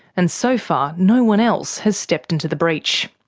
and so far no one else has stepped into the breach.